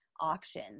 option